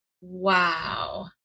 Wow